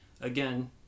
again